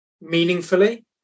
meaningfully